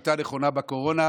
היא הייתה נכונה בקורונה,